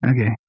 Okay